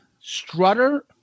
Strutter